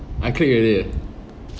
I click already eh